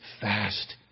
fast